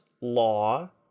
law